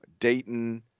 Dayton